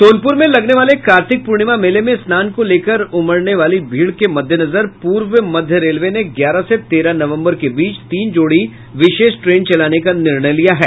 सोनपुर में लगने वाले कार्तिक पूर्णिमा मेले में स्नान को लेकर उमड़ने वाली भीड़ के मद्देनजर पूर्व मध्य रेलवे ने ग्यारह से तेरह नवंबर के बीच तीन जोड़ी विशेष ट्रेन चलाने का निर्णय लिया है